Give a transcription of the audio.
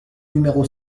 numéro